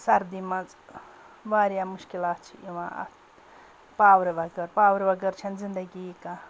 سردی منٛز واریاہ مُشکِلات چھِ یِوان اَتھ پاورٕ وَغٲر پاورٕ وَغٲر چھَنہٕ زِندگی کانٛہہ